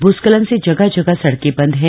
भूस्खलन से जगह जगह सड़कें बंद हैं